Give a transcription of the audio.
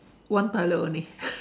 one toilet only